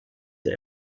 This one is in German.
der